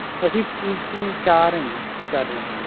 ਅਸੀਂ ਚਾਰ ਹੈਂਗੇ ਚਾਰ ਜਣੇ